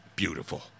beautiful